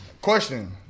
Question